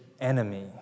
enemy